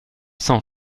sans